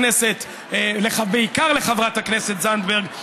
בעיקר לחברת הכנסת זנדברג,